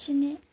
स्नि